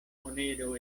monero